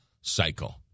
cycle